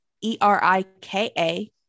E-R-I-K-A